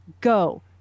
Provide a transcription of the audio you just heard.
go